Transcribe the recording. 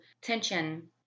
tension